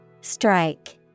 Strike